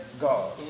God